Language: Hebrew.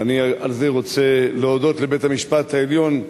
אני על זה רוצה להודות לבית-המשפט העליון,